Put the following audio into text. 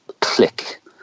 click